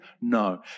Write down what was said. No